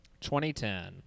2010